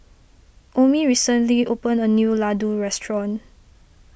Omie recently opened a new Ladoo restaurant